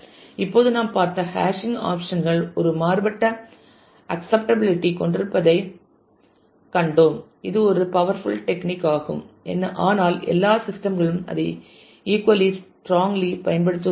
இப்போது நாம் பார்த்த ஹேஷிங் ஆப்சன்கள் ஒரு மாறுபட்ட அக்சப்டமிழிட்டி கொண்டிருப்பதைக் கண்டோம் இது ஒரு பவர்ஃபுல் டெக்னிக் ஆகும் ஆனால் எல்லா சிஸ்டம்களும் அதை ஈக்குவலி ஸ்றாங்லி பயன்படுத்துவதில்லை